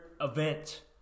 event